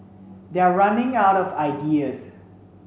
they're running out of ideas